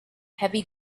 heavy